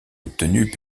obtenues